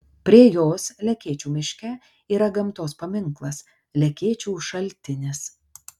prie jos lekėčių miške yra gamtos paminklas lekėčių šaltinis